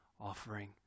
offering